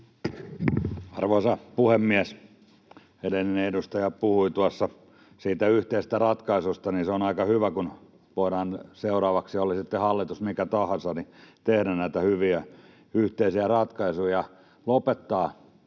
Arvoisa puhemies! Kun edellinen edustaja puhui tuossa siitä yhteisestä ratkaisusta, niin se on aika hyvä, kun voidaan seuraavaksi, oli sitten hallitus mikä tahansa, tehdä näitä hyviä yhteisiä ratkaisuja, lopettaa